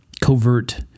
covert